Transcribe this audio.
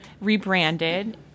rebranded